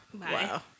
Wow